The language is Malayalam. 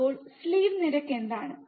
അപ്പോൾ സ്ലീവ് നിരക്ക് എന്താണ്